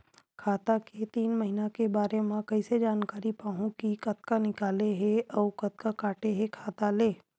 खाता के तीन महिना के बारे मा कइसे जानकारी पाहूं कि कतका निकले हे अउ कतका काटे हे खाता ले?